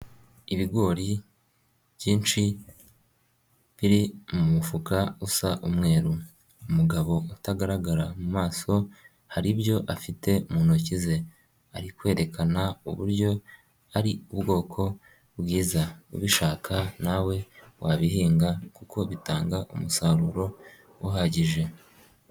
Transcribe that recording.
Ibigori byinshi biri mu mufuka usa umweru, umugabo utagaragara mu maso hari ibyo afite mu ntoki ze ari kwerekana uburyo ari ubwoko bwiza ubishaka nawe wabihinga kuko bitanga umusaruro uhagije.